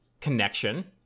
connection